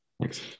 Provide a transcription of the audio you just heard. thanks